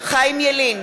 חיים ילין,